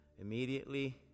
immediately